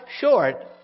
short